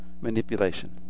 manipulation